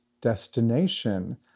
destination